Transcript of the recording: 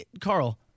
Carl